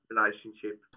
relationship